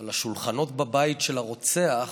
על השולחנות בבית של הרוצח,